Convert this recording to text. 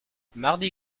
mardi